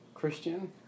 Christian